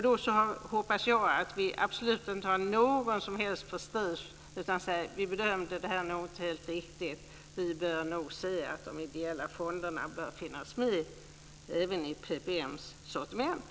Då hoppas jag att vi inte har någon som helst prestige, utan kan säga att vi inte gjorde en riktig bedömning och vi bör se till att de ideella fonderna finns med även i PPM:s sortiment.